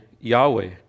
Yahweh